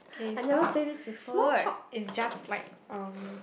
okay small small talk is just like